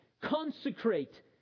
consecrate